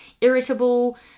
irritable